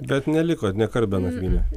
bet nelikot nė kart be nakvynių